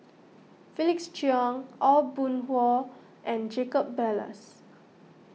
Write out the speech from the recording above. Felix Cheong Aw Boon Haw and Jacob Ballas